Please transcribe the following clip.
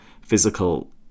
physical